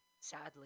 sadly